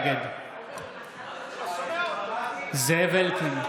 נגד זאב אלקין,